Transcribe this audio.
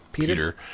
Peter